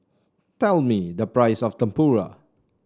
tell me the price of Tempura